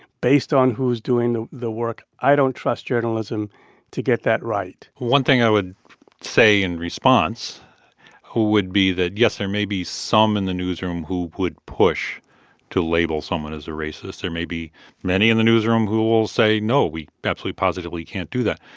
based on who's doing the the work i don't trust journalism to get that right one thing i would say in response would be that, yes, there may be some in the newsroom who would push to label someone as racist. there may be many in the newsroom who will say, no, we absolutely, positively can't do that.